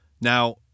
Now